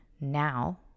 now